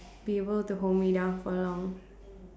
be able to hold me down for long